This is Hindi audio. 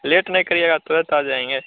लेट नहीं करिएगा तुरंत आ जाएँगे